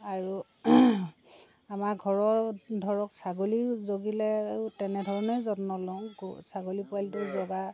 আৰু আমাৰ ঘৰৰ ধৰক ছাগলী জগিলে তেনেধৰণেই যত্ন লওঁ গ ছাগলী পোৱালিটো জগা